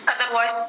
Otherwise